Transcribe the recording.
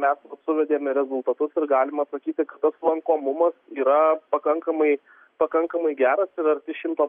mes suvedėme rezultatus ir galima sakyti kad tas lankomumas yra pakankamai pakankamai geras ir arti šimto